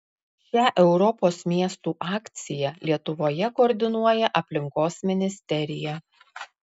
šią europos miestų akciją lietuvoje koordinuoja aplinkos ministerija